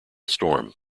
storm